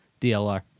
DLR